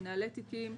מנהלי תיקים,